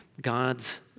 God's